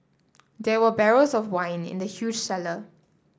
there were barrels of wine in the huge cellar